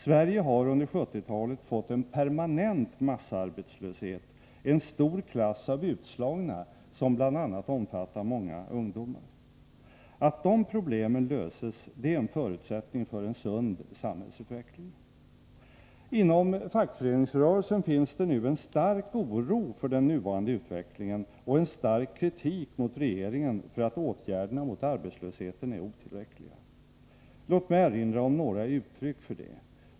Sverige har under 1970-talet fått en permanent massarbetslöshet, en stor klass av utslagna, som bl.a. omfattar många ungdomar. Att de problemen löses är en förutsättning för en sund samhällsutveckling. Inom fackföreningsrörelsen finns det nu en stark oro för den nuvarande utvecklingen, och stark kritik riktas mot regeringen för att åtgärderna mot arbetslösheten är otillräckliga. Låt mig erinra om några uttryck för detta.